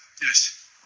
Yes